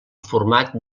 format